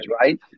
Right